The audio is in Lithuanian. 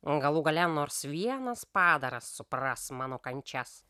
galų gale nors vienas padaras supras mano kančias